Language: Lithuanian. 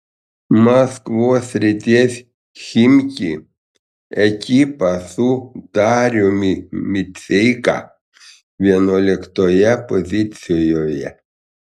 maskvos srities chimki ekipa su dariumi miceika vienuoliktoje pozicijoje